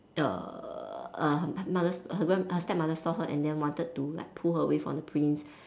err her her mother her grand her stepmother saw her and then wanted to pull her away from the prince